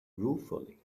ruefully